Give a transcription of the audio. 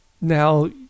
now